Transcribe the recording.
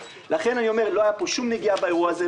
לכן אני אומר: לא הייתה פה שום נגיעה באירוע הזה,